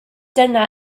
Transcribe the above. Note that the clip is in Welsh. dyna